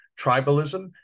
Tribalism